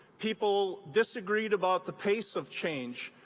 people disagreed about the pace of change.